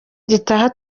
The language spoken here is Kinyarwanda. gitaha